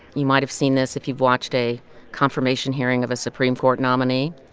you might have seen this if you've watched a confirmation hearing of a supreme court nominee.